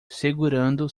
segurando